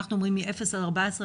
אנחנו אומרים מגיל 0 עד 14,